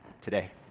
today